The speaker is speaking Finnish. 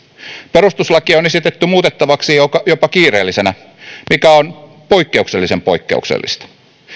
perustuslakia on esitetty muutettavaksi jopa kiireellisenä mikä on poikkeuksellisen poikkeuksellista